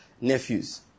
nephews